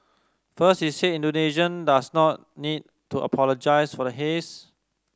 first he said Indonesia does not need to apologise for the haze